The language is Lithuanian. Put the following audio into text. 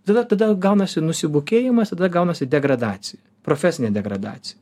tada tada gaunasi nusibukėjimas tada gaunasi degradacija profesinė degradacija